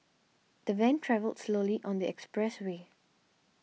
the van travelled slowly on the expressway